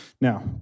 Now